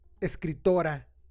escritora